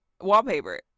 wallpaper